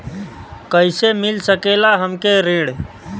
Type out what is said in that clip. कइसे मिल सकेला हमके ऋण?